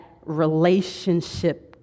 relationship